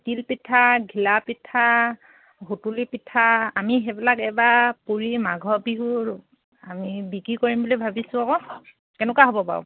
তিল পিঠা ঘিলা পিঠা সুতুলি পিঠা আমি সেইবিলাক এইবাৰ পুৰি মাঘৰ বিহুৰ আমি বিক্ৰী কৰিম বুলি ভাবিছোঁ আকৌ কেনেকুৱা হ'ব বাৰু